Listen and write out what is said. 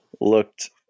looked